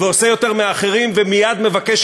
ומטה,